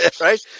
Right